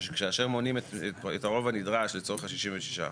זה שכאשר מונים את הרוב הנדרש לצורך ה-66%,